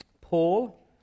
Paul